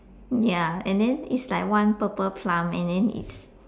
ya and then is like one purple plum and then is